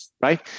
Right